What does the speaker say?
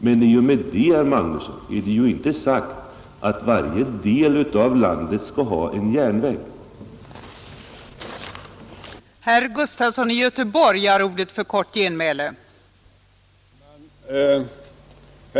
Men i och med det är det ju inte sagt, herr Magnusson, att varje del av landet skall ha tillgång till järnväg om transportförsörjningen kan ordnas på bättre sätt!